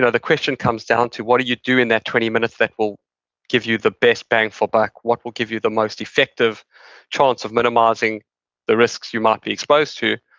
the question comes down to, what do you do in that twenty minutes that will give you the best bang for buck? what will give you the most effective chance of minimizing the risks you might be exposed to?